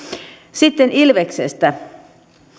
sitten ilveksestä